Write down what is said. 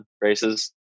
races